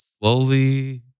slowly